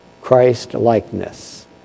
Christ-likeness